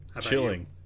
Chilling